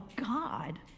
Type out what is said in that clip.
God